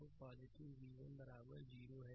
तो v1 बराबर 0 है